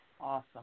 Awesome